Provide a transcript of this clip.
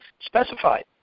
specified